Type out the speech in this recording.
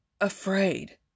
afraid